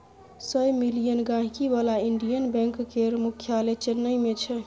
सय मिलियन गांहिकी बला इंडियन बैंक केर मुख्यालय चेन्नई मे छै